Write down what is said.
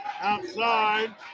outside